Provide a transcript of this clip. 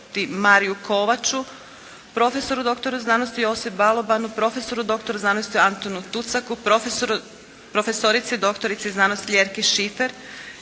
Mariu Kovaču, profesoru doktoru znanosti Josip Balobanu, profesoru doktoru znanosti Antunu Tucaku, profesorici doktorici znanosti Ljerki Šifer